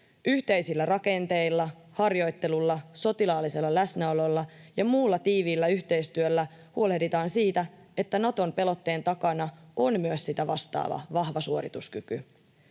Yhteisillä rakenteilla, harjoittelulla, sotilaallisella läsnäololla ja muulla tiiviillä yhteistyöllä huolehditaan siitä, että Naton pelotteen takana on myös sitä vastaava vahva suorituskyky.